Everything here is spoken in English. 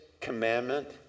commandment